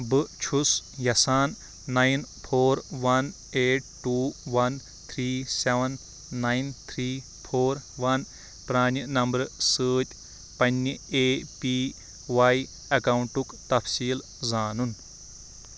بہٕ چھُس یَژھان nine four one eight two one three seven nine three four one پرٛانہِ نمبرٕ سۭتۍ پنٕنہِ اَے پی واٮٔی اؠکاؤنٛٹُک تَفصیٖل زانُن